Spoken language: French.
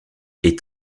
est